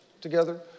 together